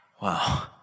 Wow